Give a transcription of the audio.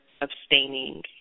abstaining